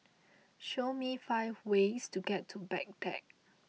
show me five ways to get to Baghdad